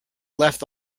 left